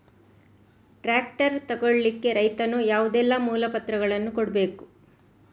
Tractor ತೆಗೊಳ್ಳಿಕೆ ರೈತನು ಯಾವುದೆಲ್ಲ ಮೂಲಪತ್ರಗಳನ್ನು ಕೊಡ್ಬೇಕು?